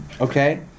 Okay